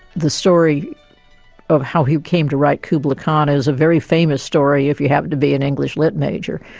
the story of how he came to write kubla khan is a very famous story if you happen to be an english lit major.